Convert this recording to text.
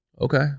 Okay